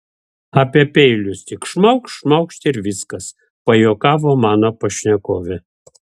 apie peilius tik šmaukšt šmaukšt ir viskas pajuokavo mano pašnekovė